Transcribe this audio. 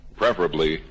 preferably